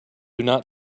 not